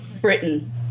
Britain